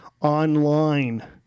online